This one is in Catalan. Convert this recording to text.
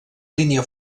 línia